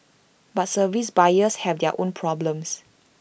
but service buyers have their own problems